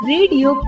Radio